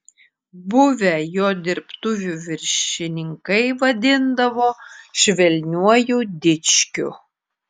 buvę jo dirbtuvių viršininkai vadindavo švelniuoju dičkiu